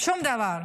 שום דבר.